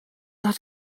hat